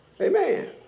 Amen